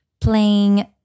playing